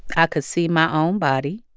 i could see my own body.